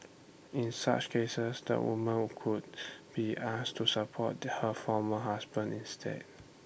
in such cases the woman could be asked to support her former husband instead